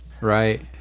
Right